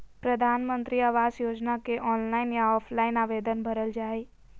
प्रधानमंत्री आवास योजना के ऑनलाइन या ऑफलाइन आवेदन भरल जा हइ